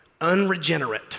unregenerate